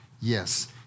Yes